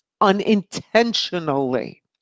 unintentionally